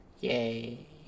Yay